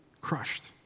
crushed